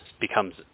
becomes